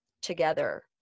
together